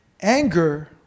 Anger